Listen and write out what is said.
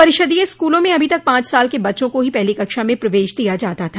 परिषदीय स्कूलों में अभी तक पांच साल के बच्चों को ही पहली कक्षा में प्रवेश दिया जाता था